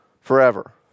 forever